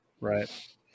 right